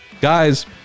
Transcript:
Guys